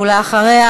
ואחריה,